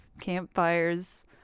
campfires